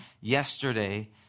Yesterday